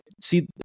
see